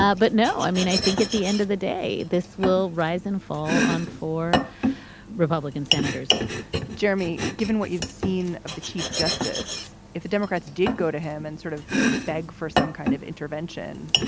ah but no, i mean, i think at the end of the day, this will rise and fall on four republican senators jeremy, given what you've seen of the chief justice, if the democrats did go to him and sort of beg for some kind of intervention,